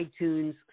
iTunes